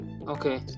Okay